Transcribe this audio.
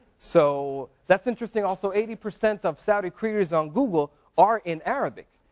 so that's interesting also, eighty percent of saudi queries on google are in arabic,